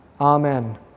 Amen